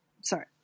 Sorry